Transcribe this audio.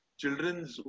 children's